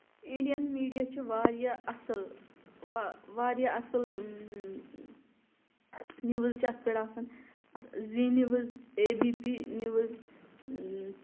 Indian media چھُ واریاہ اَصٕل واریاہ اَصٕل نِوٕز چھُ اَتھ پٮ۪ٹھ آسان Zee news A B P news